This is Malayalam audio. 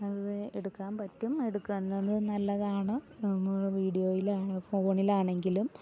അത് എടുക്കാൻ പറ്റും എടുക്കുന്നത് നല്ലതാണ് നമ്മൾ വീഡിയോയിലാണ് ഫോണിലാണെങ്കിലും